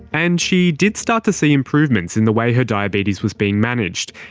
and she did start to see improvements in the way her diabetes was being managed,